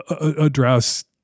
address